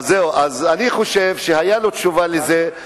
אני חושב שהיתה לו תשובה על זה,